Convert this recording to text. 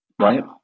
right